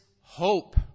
hope